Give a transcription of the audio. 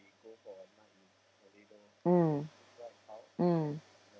mm mm